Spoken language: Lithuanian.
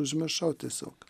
užmiršau tiesiog